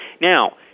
Now